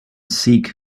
sikh